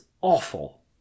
awful